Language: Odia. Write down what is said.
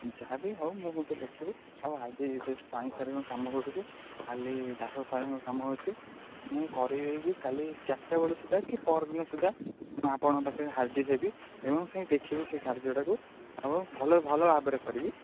ଯାହା ବି ହଉ ମୁଁ ମଧ୍ୟ ଲେଖିବି ଆଜି ସେ ସ୍ୱାଇଁ ସାର୍ଙ୍କ କାମ କରୁଛି କାଲି ଦାସ ସାର୍ଙ୍କ କାମ ଅଛି ମୁଁ କରାଇ ଦେଇକି କାଲି ଚାରିଟା ବେଳ ସୁଧା କି ପହରଦିନ ସୁଧା ମୁଁ ଆପଣଙ୍କ ପାଖରେ ହାଜିର ହେବି ଏବଂ ଦେଖିବି ସେହି କାର୍ଯ୍ୟଟାକୁ ଆଉ ଭଲ ଭଲ ଭାବରେ କରିବି